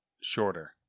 shorter